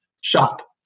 shop